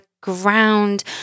ground